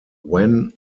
when